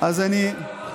אז אני --- תישאר,